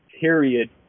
period